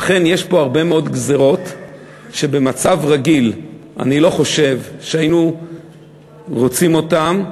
לכן יש פה הרבה גזירות שבמצב רגיל אני לא חושב שהיינו רוצים אותן,